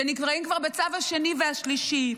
שנקראים כבר בצו השני והשלישי,